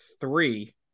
three